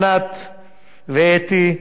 ענת ואתי,